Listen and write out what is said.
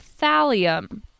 Thallium